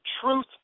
truth